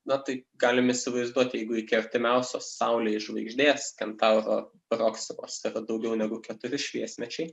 na tai galime įsivaizduoti jeigu iki artimiausios saulei žvaigždės kentauro proksimos yra daugiau negu keturi šviesmečiai